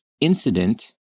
Incident